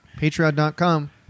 Patreon.com